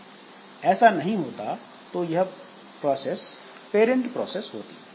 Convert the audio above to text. अगर ऐसा नहीं है तो यह एक पेरेंट प्रोसेस होगी